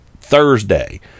Thursday